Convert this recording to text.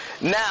Now